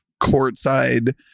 courtside